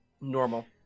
Normal